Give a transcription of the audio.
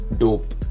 dope